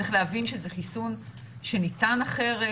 צריך להבין שזה חיסון שניתן אחרת.